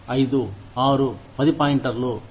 5 6 పది పాయింటర్లు